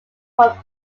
whom